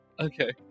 Okay